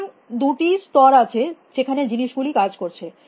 সুতরাং দুটি স্তর আছে যেখানে জিনিস গুলি কাজ করছে